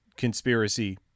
conspiracy